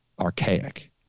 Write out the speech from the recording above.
archaic